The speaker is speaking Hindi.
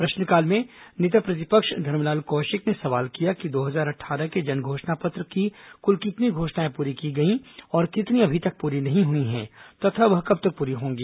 प्रश्नकाल में नेता प्रतिपक्ष धरमलाल कौशिक ने सवाल किया कि दो हजार अट्ठारह के जनघोषणा पत्र की कुल कितनी घोषणाएं पूरी की गई और कितनी अभी तक पूरी नहीं हुई है तथा वह कब तक पूरी होंगी